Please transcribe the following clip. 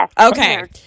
Okay